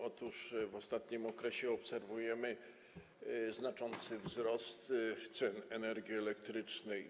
Otóż w ostatnim okresie obserwujemy znaczący wzrost cen energii elektrycznej.